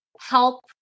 help